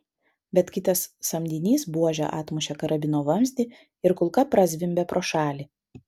bet kitas samdinys buože atmušė karabino vamzdį ir kulka prazvimbė pro šalį